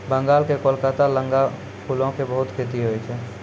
बंगाल के कोलकाता लगां फूलो के बहुते खेती होय छै